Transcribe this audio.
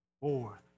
Fourth